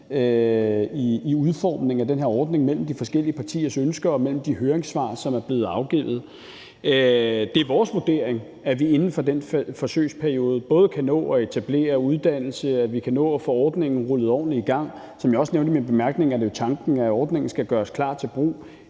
i udformningen af den her ordning, mellem de forskellige partiers ønsker og mellem de høringssvar, som er blevet afgivet. Det er vores vurdering, at vi inden for den forsøgsperiode både kan nå at etablere uddannelsen og nå at få ordningen løbet ordentligt i gang. Og som jeg også nævnte i min bemærkninger, er det jo tanken, at ordningen skal gøres klar til brug